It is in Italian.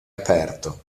aperto